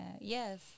yes